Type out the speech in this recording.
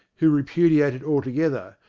who repudiate it altogether,